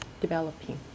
developing